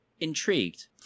Intrigued